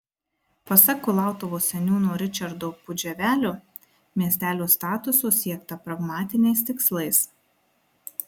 pasak kulautuvos seniūno ričardo pudževelio miestelio statuso siekta pragmatiniais tikslais